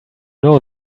know